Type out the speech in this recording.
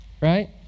right